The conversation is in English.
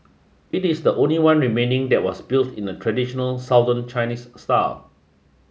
it is the only one remaining that was built in the traditional Southern Chinese style